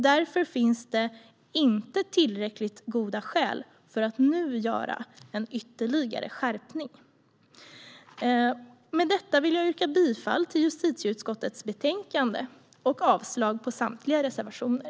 Därför finns det inte tillräckligt goda skäl för att nu göra en ytterligare skärpning. Jag yrkar bifall till förslaget i justitieutskottets betänkande och avslag på samtliga reservationer.